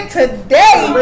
today